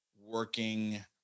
working